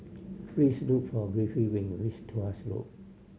please look for Griffith when you reach Tuas Road